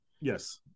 Yes